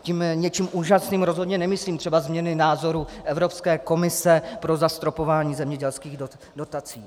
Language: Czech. Tím něčím úžasným rozhodně nemyslím třeba změny názoru Evropské komise pro zastropování zemědělských dotací.